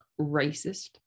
racist